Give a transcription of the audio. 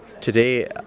today